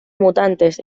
mutantes